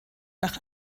nach